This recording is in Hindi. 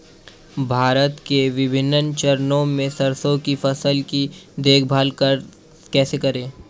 विकास के विभिन्न चरणों में सरसों की फसल की देखभाल कैसे करें?